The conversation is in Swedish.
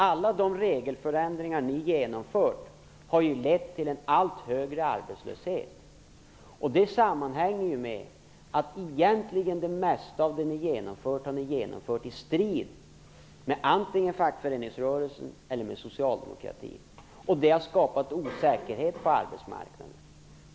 Alla de regelförändringar som ni har genomfört har ju lett till en allt högre arbetslöshet. Det sammanhänger ju med att det mesta av det som ni har genomfört har ni genomfört i strid med antingen fackföreningsrörelsen eller socialdemokratin. Det har skapat osäkerhet på arbetsmarknaden.